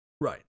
Right